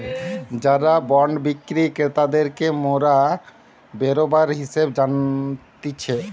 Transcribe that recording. যারা বন্ড বিক্রি ক্রেতাদেরকে মোরা বেরোবার হিসেবে জানতিছে